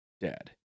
dead